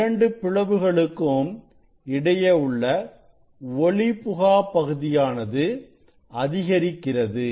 இரண்டு பிளவுகளுக்கும் இடையே உள்ள ஒளிபுகா பகுதியானது அதிகரிக்கிறது